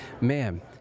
man